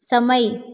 समय